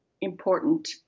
important